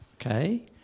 Okay